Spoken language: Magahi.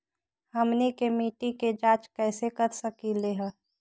हमनी के मिट्टी के जाँच कैसे कर सकीले है?